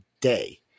day